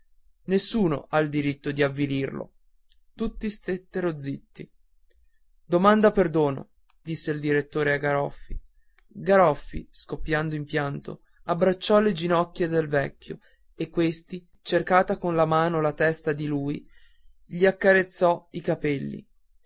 nessuno ha il diritto di avvilirlo tutti stettero zitti domanda perdono disse il direttore a garoffi garoffi scoppiando in pianto abbracciò le ginocchia del vecchio e questi cercata con la mano la testa di lui gli carezzò i capelli